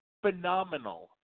phenomenal